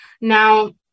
Now